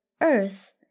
earth